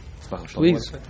Please